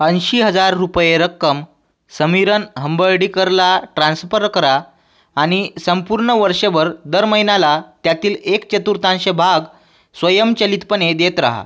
ऐंशी हजार रुपये रक्कम समीरन हंबर्डीकरला ट्रान्स्पर करा आणि संपूर्ण वर्षभर दर महिन्याला त्यातील एक चतुर्थांश भाग स्वयंचलितपणे देत रहा